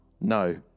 No